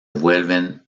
vuelven